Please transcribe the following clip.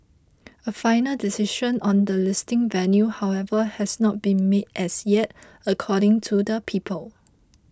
a final decision on the listing venue however has not been made as yet according to the people